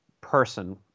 person